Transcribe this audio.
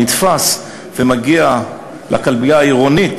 נתפס ומגיע לכלבייה העירונית,